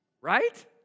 Right